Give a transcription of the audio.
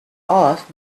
off